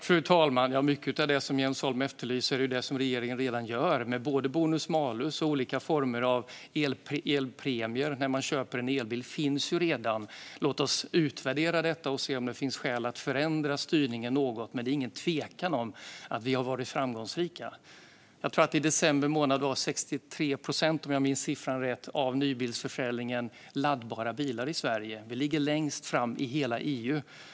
Fru talman! Mycket av det som Jens Holm efterlyser är sådant som regeringen redan gör. Både bonus malus och olika former av elpremier vid köp av elbil finns ju redan. Låt oss utvärdera detta och se om det finns skäl att förändra styrningen något! Men det är ingen tvekan om att vi har varit framgångsrika. I december månad avsåg 63 procent, om jag minns siffran rätt, av nybilsförsäljningen i Sverige laddbara bilar. Vi ligger längst fram i hela EU.